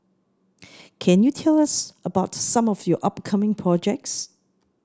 can you tell us about some of your upcoming projects